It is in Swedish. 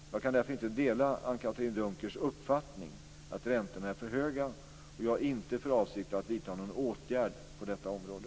Jag kan därför inte dela Anne-Katrine Dunkers uppfattning att räntorna är för höga, och jag har inte för avsikt att vidta någon åtgärd på detta område.